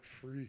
free